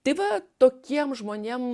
tai va tokiem žmonėm